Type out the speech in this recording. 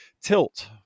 tilt